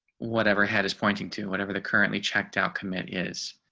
whatever had is pointing to whatever the currently checked out commit is.